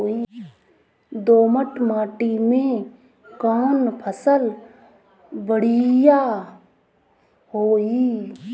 दोमट माटी में कौन फसल बढ़ीया होई?